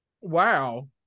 wow